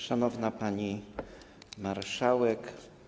Szanowna Pani Marszałek!